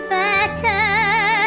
better